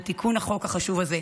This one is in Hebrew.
על תיקון החוק החשוב הזה.